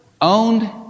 owned